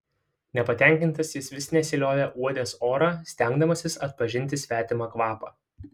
nepatenkintas jis vis nesiliovė uodęs orą stengdamasis atpažinti svetimą kvapą